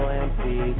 empty